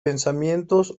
pensamientos